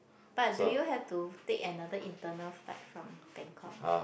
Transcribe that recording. but do you have to take another internal flight from Bangkok